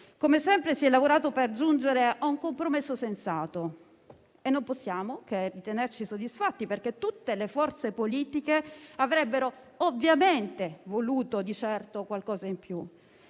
Come sempre, si è lavorato per giungere a un compromesso sensato e non possiamo che ritenerci soddisfatti, perché tutte le forze politiche avrebbero ovviamente voluto qualcosa in più.